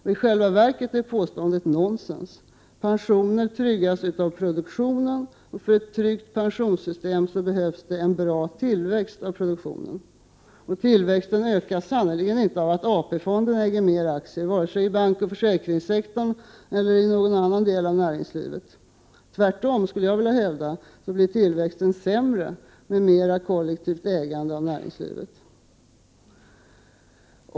Men i själva verket är påståendet nonsens. Pensioner tryggas av produktionen, och för ett tryggt pensionssystem behövs det bra tillväxt av produktionen. Tillväxten ökas sannerligen inte av att AP-fonderna äger mer aktier vare i sig bankoch försäkringssektorn eller i någon annan del av näringslivet. Tvärtom hävdar jag att tillväxten blir sämre med mera kollektivt ägande av näringslivet.